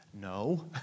No